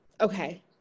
okay